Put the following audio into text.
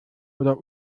oder